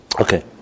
Okay